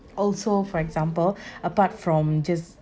also for example apart from just